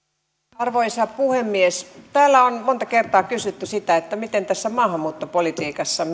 arvoisa puhemies täällä on monta kertaa kysytty sitä mitä tässä maahanmuuttopolitiikassa